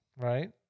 Right